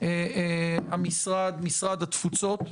משרד התפוצות,